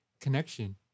connection